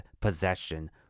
possession